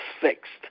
fixed